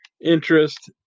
interest